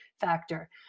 factor